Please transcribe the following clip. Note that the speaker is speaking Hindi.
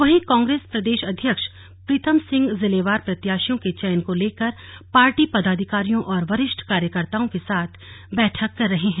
वहीं कांग्रेस प्रदेश अध्यक्ष प्रीतम सिंह जिलेवार प्रत्याशियों के चयन को लेकर पार्टी पदाधिकारियों और वरिष्ठ कार्यकर्ताओं के साथ बैठक कर रहे है